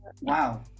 wow